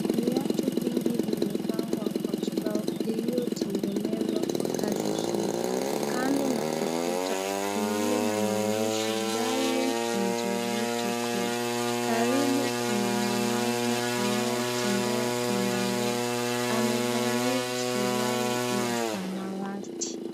Viatu vingi vimepangwa kwa kibao iliyotengenezo kwa kazi hiyo. Kando na ukuta, ulio na mangishi Darling Angel Beautiful, karibu kuna mwanaume anayetembea kwenda mbele. Amevalia suruali ya samawati.